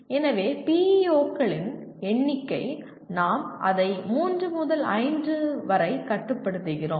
எனவே PEO களின் எண்ணிக்கை நாம் அதை மூன்று முதல் ஐந்து வரை கட்டுப்படுத்துகிறோம்